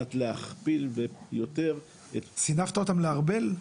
מנת להכפיל ביותר- -- סינפת אותם לארבל?